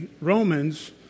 Romans